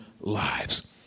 lives